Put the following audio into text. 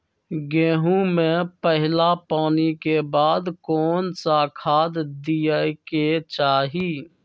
गेंहू में पहिला पानी के बाद कौन खाद दिया के चाही?